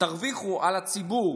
ותרוויחו מהציבור